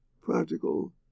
practical